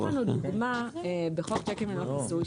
יש לנו דוגמה בחוק שיקים ללא כיסוי,